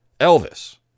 Elvis